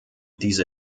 diese